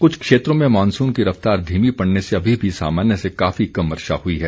कुछ क्षेत्रों में मॉनसून की रफ्तार धीमी पड़ने से अभी भी सामान्य से काफी कम वर्षा हुई है